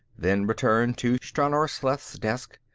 then returned to stranor sleth's desk.